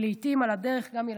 ולעיתים על הדרך גם הילדים,